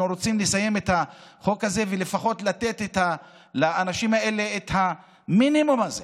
אנחנו רוצים לסיים את החוק הזה ולפחות לתת לאנשים האלה את המינימום הזה.